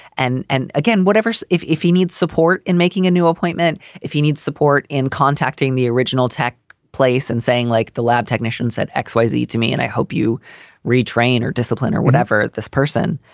and and again, whatever. so if if he needs support in making a new appointment, if he needs support in contacting the original tech place and saying like the lab technician said, x, y, z to me and i hope you retrained or disciplined or whatever, this person.